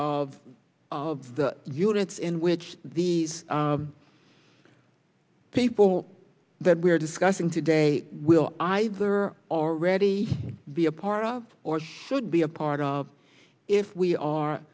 of of the units in which these people that we're discussing today will either already part of or should be a part of if we are